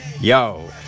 Yo